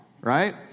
right